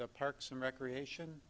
the parks and recreation